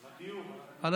על הדיור.